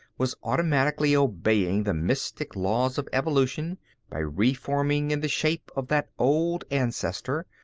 was automatically obeying the mystic laws of evolution by reforming in the shape of that old ancestor,